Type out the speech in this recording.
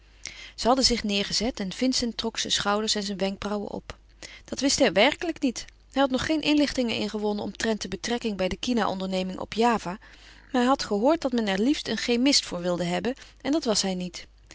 ze hadden zich neêrgezet en vincent trok zijn schouders en zijn wenkbrauwen op dat wist hij werkelijk niet hij had nog geen inlichtingen ingewonnen omtrent de betrekking bij de kina onderneming op java maar hij had gehoord dat men er liefst een chemist voor wilde hebben en dat was hij niet